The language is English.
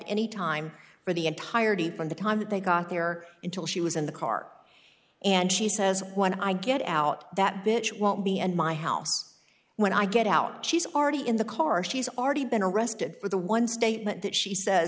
any time for the entirety from the time that they got there until she was in the car and she says when i get out that bitch won't be and my house when i get out she's already in the car she's already been arrested for the one statement that she says